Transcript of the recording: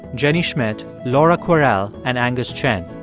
jenny schmidt, laura kwerel and angus chen